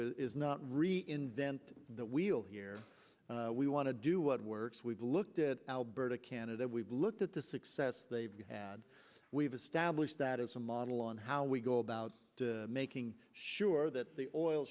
do is not reinvent the wheel here we want to do what works we've looked at alberta canada we've looked at the success they've had we've established that as a model on how we go about making sure that the oil